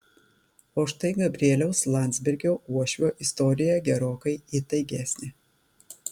o štai gabrieliaus landsbergio uošvio istorija gerokai įtaigesnė